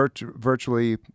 virtually